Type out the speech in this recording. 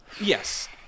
Yes